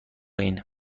این